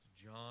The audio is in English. John